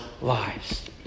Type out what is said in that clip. lives